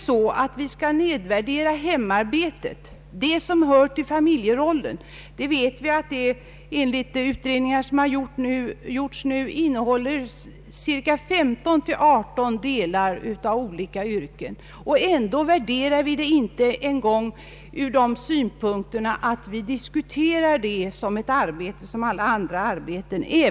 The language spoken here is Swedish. Skall vi nedvärdera hemarbetet, det arbete som hör till familjerollen? Enligt utredningar som gjorts består det arbetet av delar från 15—18 olika yrken. Ändå diskuterar vi inte detta som ett arbete bland alla andra arbeten.